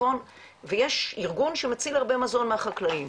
ויש ארגון שמציל הרבה מזון מהחקלאים.